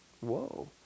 Whoa